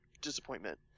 disappointment